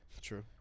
True